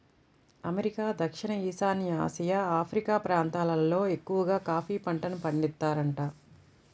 America, దక్షిణ ఈశాన్య Asia, Africa ప్రాంతాలల్లో ఎక్కవగా కాఫీ పంటను పండిత్తారంట